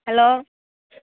hello